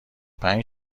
پنج